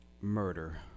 murder